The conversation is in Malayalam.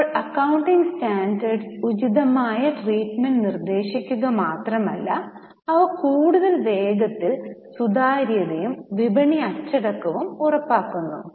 അപ്പോൾ അക്കൌണ്ടിംഗ് സ്റ്റാൻഡേർഡ്സ് ഉചിതമായ ട്രീട്മെൻറ് നിർദ്ദേശിക്കുക മാത്രമല്ല അവ കൂടുതൽ വേഗത്തിൽ സുതാര്യതയും വിപണി അച്ചടക്കവും ഉറപ്പാക്കുന്നു